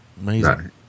Amazing